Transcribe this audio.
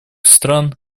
стран